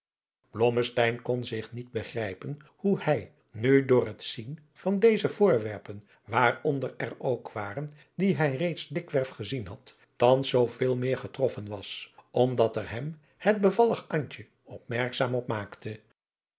kon zich niet begrijpen hoe hij nu door het zien van deze voorwerpen waaronder er ook waren die hij reeds dikwerf gezien had thans zoo veel meer getroffen was omdat er hem het bevallig antje opmerkzaam op maakte